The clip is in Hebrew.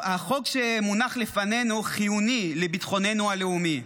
החוק שמונח לפנינו חיוני לביטחוננו הלאומי.